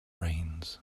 rains